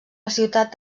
ciutat